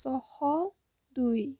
ছয়শ দুই